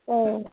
اۭں